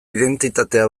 identitatea